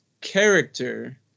character